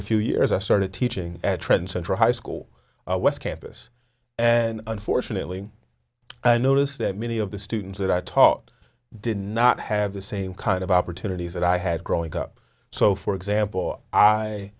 a few years i started teaching at trend central high school west campus and unfortunately i noticed that many of the students that i taught did not have the same kind of opportunities that i had growing up so for example i